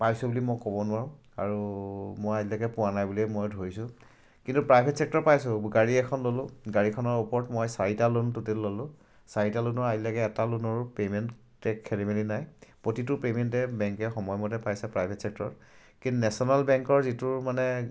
পাইছোঁ বুলি মই ক'ব নোৱাৰোঁ আৰু মই আজিলৈকে পোৱা নাই বুলিয়েই মই ধৰিছোঁ কিন্তু প্ৰাইভেট চেক্টৰৰ পাইছোঁ গাড়ী এখন ল'লোঁ গাড়ীখনৰ ওপৰত মই চাৰিটা লোন টোটেতে ল'লোঁ চাৰিটা লোনৰ আজিলৈকে এটা লোনৰো পে'মেণ্ট খেলি মেলি নাই প্ৰতিটো পে'মেণ্টে বেংকে সময়মতে পাইছে প্ৰাইভেট চেক্টৰত কিন্তু নেশ্যনেল বেংকৰ যিটো মানে